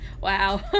Wow